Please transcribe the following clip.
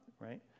right